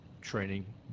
training